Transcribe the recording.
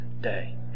day